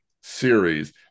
series